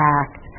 act